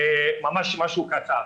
וממש משהו קצר.